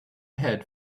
head